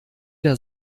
der